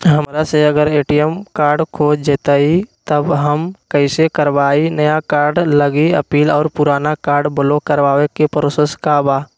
हमरा से अगर ए.टी.एम कार्ड खो जतई तब हम कईसे करवाई नया कार्ड लागी अपील और पुराना कार्ड ब्लॉक करावे के प्रोसेस का बा?